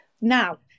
now